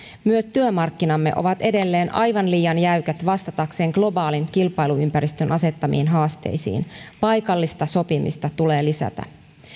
myös työmarkkinamme ovat edelleen aivan liian jäykät vastatakseen globaalin kilpailuympäristön asettamiin haasteisiin paikallista sopimista tulee lisätä